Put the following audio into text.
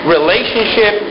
relationship